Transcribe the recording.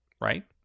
Right